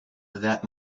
that